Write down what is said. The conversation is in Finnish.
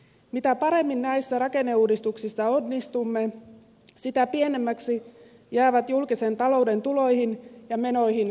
mitä paremmin näissä rakenneuudistuksissa onnistumme sitä pienemmäksi jäävät julkisen talouden tuloihin ja menoihin kohdistuvat toimet